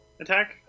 attack